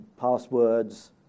passwords